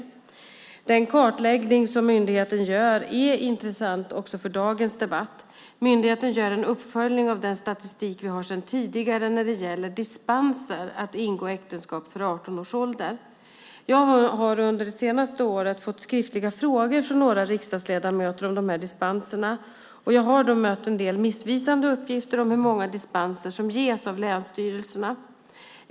Jag har en upplysning om den kartläggning som myndigheten gör som är intressant också för dagens debatt. Myndigheten gör en uppföljning av den statistik vi har sedan tidigare när det gäller dispenser att ingå äktenskap före 18 års ålder. Jag har under det senaste året fått skriftliga frågor från några riksdagsledamöter om de här dispenserna. Jag har då bemött en del missvisande uppgifter om hur många dispenser som ges av länsstyrelserna.